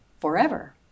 forever